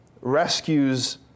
rescues